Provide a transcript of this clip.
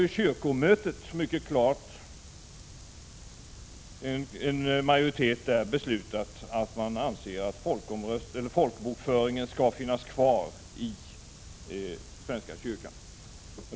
Men i kyrkomötet har en majoritet ansett att folkbokföringen skall finnas kvar i svenska kyrkan.